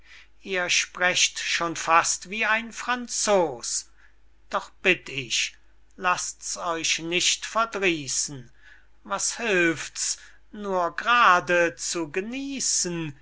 ihr sprecht schon fast wie ein franzos doch bitt ich laßt's euch nicht verdrießen was hilft's nur g'rade zu genießen